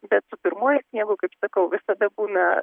bet su pirmuoju sniegu kaip sakau visada būna